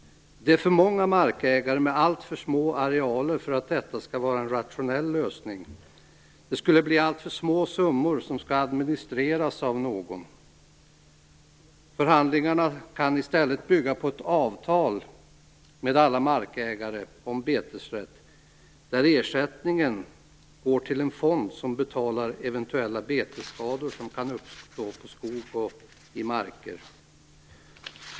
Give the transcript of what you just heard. Det är för många markägare med alltför små arealer för att detta skall vara en rationell lösning. Det skulle bli alltför små summor, som skall administreras av någon. Förhandlingarna kan i stället bygga på ett avtal med alla markägare om betesrätt, där ersättningen går till en fond som betalar eventuella betesskador som kan uppstå på skog och i marker.